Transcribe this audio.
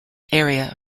area